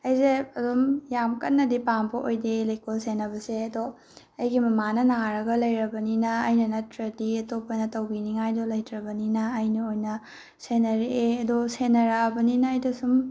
ꯑꯩꯁꯦ ꯑꯗꯨꯝ ꯌꯥꯝ ꯀꯟꯅꯗꯤ ꯄꯥꯝꯕ ꯑꯣꯏꯗꯦ ꯂꯩꯀꯣꯜ ꯁꯦꯟꯅꯕꯁꯦ ꯑꯗꯣ ꯑꯩꯒꯤ ꯃꯃꯥꯅ ꯅꯔꯥꯒ ꯂꯩꯔꯕꯅꯤꯅ ꯑꯩꯅ ꯅꯠꯇ꯭ꯔꯗꯤ ꯑꯇꯣꯞꯄꯅ ꯇꯧꯕꯤꯅꯤꯉꯥꯏꯗꯣ ꯂꯩꯇ꯭ꯔꯕꯅꯤꯅ ꯑꯩꯅ ꯑꯣꯏꯅ ꯁꯦꯟꯔꯛꯑꯦ ꯑꯗꯣ ꯁꯦꯟꯅꯔꯛꯑꯕꯅꯤꯅ ꯑꯩꯗꯣ ꯁꯨꯝ